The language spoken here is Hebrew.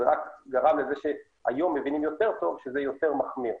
זה רק גרם לזה שהיום מבינים יותר טוב שזה יותר מחמיר.